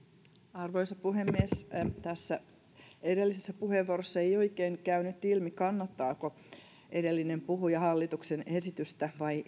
arvoisa puhemies tässä edellisessä puheenvuorossa ei ei oikein käynyt ilmi kannattaako edellinen puhuja hallituksen esitystä vai